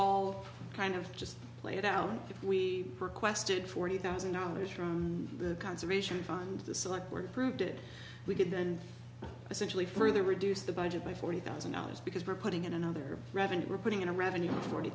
all kind of just played out if we requested forty thousand dollars from the conservation fund the select were uprooted we could then essentially further reduce the budget by forty thousand dollars because we're putting in another revenue we're putting in a revenue of forty